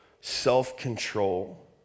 self-control